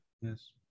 Yes